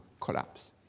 collapse